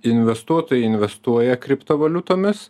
investuotojai investuoja kriptovaliutomis